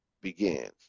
begins